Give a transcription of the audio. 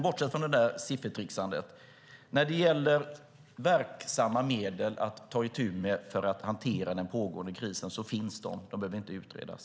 Bortsett från det där siffertricksandet finns det verksamma medel att ta itu med för att hantera den pågående krisen - de behöver inte utredas.